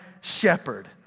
shepherd